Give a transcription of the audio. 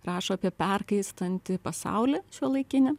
rašo apie perkaistantį pasaulį šiuolaikinį